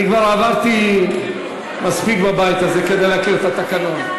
אני כבר עברתי מספיק בבית הזה כדי להכיר את התקנון.